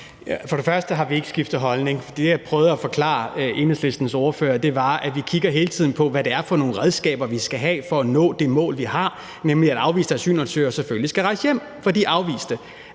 og fremmest har vi ikke skiftet holdning. For det, som jeg prøvede at forklare Enhedslistens ordfører, var, at vi hele tiden kigger på, hvilke redskaber vi skal have for at nå det mål, vi har, nemlig at afviste asylansøgere selvfølgelig skal rejse hjem, fordi de er afviste.